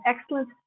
excellent